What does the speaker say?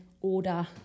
order